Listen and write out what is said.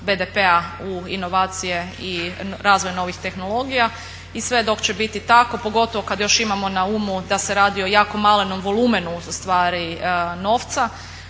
BDP-a u inovacije i razvoj novih tehnologija i sve dok će biti tako, pogotovo kad još imamo na umu da se radi o jako malenom volumenu ustvari novca